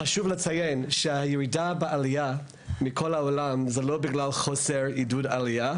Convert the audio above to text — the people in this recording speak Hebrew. חשוב לציין שהירידה בעלייה מכל העולם היא לא בגלל חוסר עידוד עלייה,